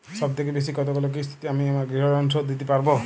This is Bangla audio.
সবথেকে বেশী কতগুলো কিস্তিতে আমি আমার গৃহলোন শোধ দিতে পারব?